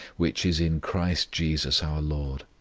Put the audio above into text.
which is in christ jesus our lord.